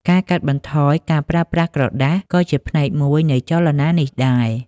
ការកាត់បន្ថយការប្រើប្រាស់ក្រដាសក៏ជាផ្នែកមួយនៃចលនានេះដែរ។